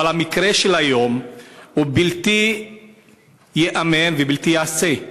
אבל המקרה של היום הוא בלתי ייאמן ובלתי ייעשה: